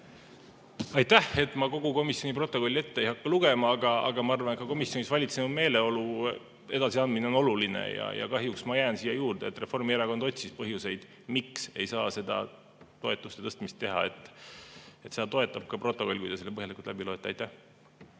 Aitäh! Ma kogu komisjoni protokolli ette ei hakka lugema, aga ma arvan, et ka komisjonis valitseva meeleolu edasiandmine on oluline. Ja kahjuks ma jään selle juurde, et Reformierakond otsis põhjuseid, miks ei saa seda toetuste tõstmist teha. Seda toetab ka protokoll, kui te selle põhjalikult läbi loete. Paul